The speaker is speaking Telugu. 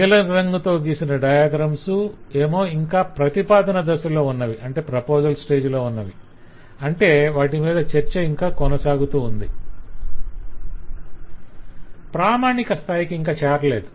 నీలం రంగుతో గీసిన డయాగ్రమ్స్ ఏమో ఇంకా ప్రతిపాదన దశలో ఉన్నవి అంటే వాటి మీద చర్చ ఇంకా కొనసాగుతుంది ప్రామాణిక స్థాయికి ఇంకా చేరలేదు